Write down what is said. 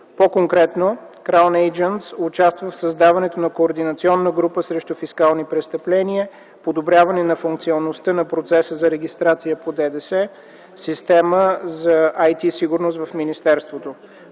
По-конкретно „Краун Eйджънтс” участва в създаването на координационна група срещу фискални престъпления, подобряване на функционалността на процеса за регистрация по ДДС, система за „АйТи (IT) сигурност” в министерството.